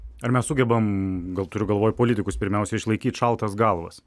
ar mes sugebam gal turiu galvoj politikus pirmiausia išlaikyt šaltas galvas